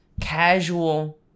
casual